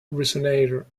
resonator